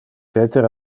peter